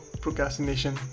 procrastination